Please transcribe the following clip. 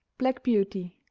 black beauty,